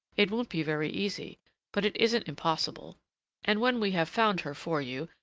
it won't be very easy but it isn't impossible and when we have found her for you,